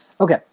okay